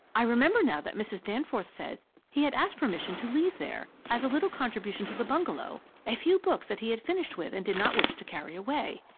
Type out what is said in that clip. i remember now that mrs. danforth said he had asked permission to leave there, as a little contribution to the bungalow, a few books that he had finished with and did not wish to carry away.